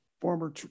former